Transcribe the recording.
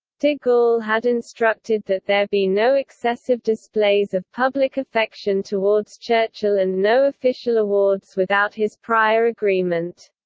de gaulle had instructed that there be no excessive displays of public affection towards churchill and no official awards without his prior agreement.